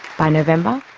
by november,